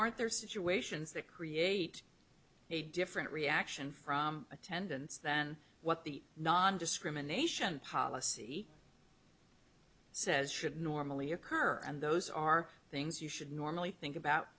aren't there situations they create a different reaction from attendance than what the nondiscrimination policy says should normally occur and those are things you should normally think about